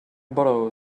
borrow